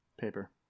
Paper